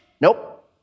Nope